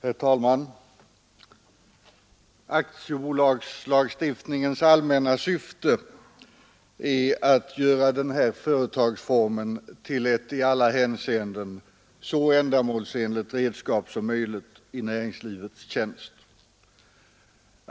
Herr talman! Aktiebolagslagstiftningens allmänna syfte är att göra denna företagsform till ett i alla hänseenden så ändamålsenligt redskap som möjligt i näringslivets tjänst.